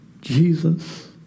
Jesus